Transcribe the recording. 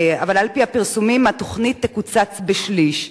אבל על-פי הפרסומים התוכנית תקוצץ בשליש.